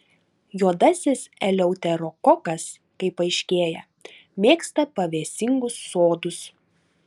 juodasis eleuterokokas kaip aiškėja mėgsta pavėsingus sodus